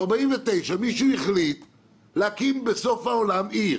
ב-1949 מישהו החליט להקים בסוף העולם עיר,